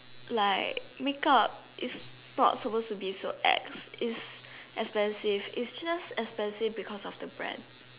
like make up is not supposed to be so ex is expensive it's just expensive because of the brand